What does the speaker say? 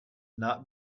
not